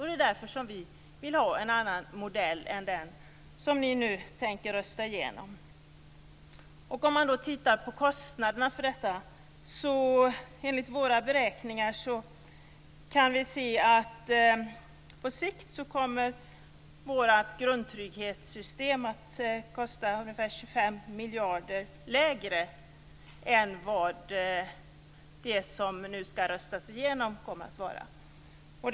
Det är därför som vi vill ha en annan modell än den som ni nu tänker rösta igenom. Om man tittar på kostnaderna för detta kan vi enligt våra beräkningar se att på sikt kommer vårt grundtrygghetssystem att kosta ungefär 25 miljarder mindre än vad det som nu skall röstas igenom kommer att kosta.